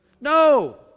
No